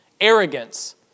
arrogance